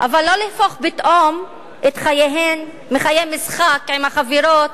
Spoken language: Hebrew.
אבל לא להפוך פתאום את חייהן מחיי משחק עם החברות